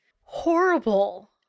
horrible